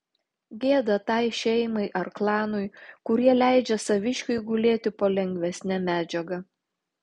gėda tai šeimai ar klanui kurie leidžia saviškiui gulėti po lengvesne medžiaga